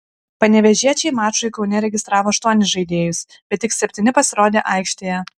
panevėžiečiai mačui kaune registravo aštuonis žaidėjus bet tik septyni pasirodė aikštėje